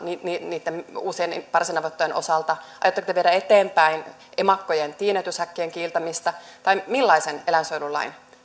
niitten uusien parsinavettojen osalta aiotteko te viedä eteenpäin emakkojen tiineytyshäkkien kieltämistä vai millaisen eläinsuojelulain